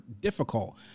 difficult